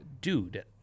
Dude